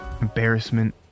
Embarrassment